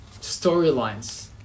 storylines